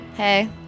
Hey